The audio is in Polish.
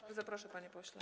Bardzo proszę, panie pośle.